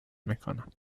میکند